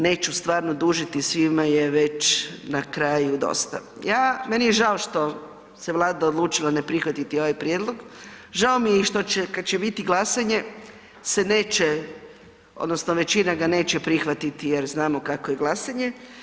Neću stvarno dužiti, svima je već na kraju dosta, ja, meni je žao što se Vlada odlučila ne prihvatiti ovaj prijedlog, žao mi je i što će kad će biti glasanje se neće odnosno većina ga neće prihvatiti jer znamo kakvo je glasanje.